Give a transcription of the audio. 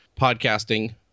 podcasting